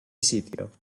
sitio